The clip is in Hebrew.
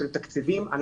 ולתקציבים.